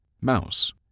Mouse